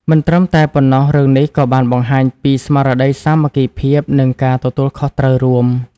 មិនត្រឹមតែប៉ុណ្ណោះរឿងនេះក៏បានបង្ហាញពីរស្មារតីសាមគ្គីភាព និងការទទួលខុសត្រូវរួម។